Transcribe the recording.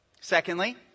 Secondly